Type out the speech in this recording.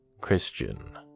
Christian